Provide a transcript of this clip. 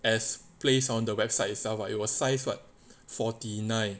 as placed on the website itself lah it was size what forty nine